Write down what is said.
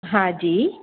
हा जी